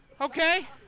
Okay